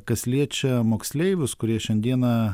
kas liečia moksleivius kurie šiandieną